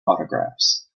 autographs